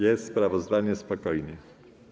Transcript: Jest sprawozdanie, spokojnie.